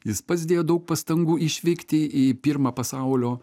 jis pats dėjo daug pastangų išvykti į pirmą pasaulio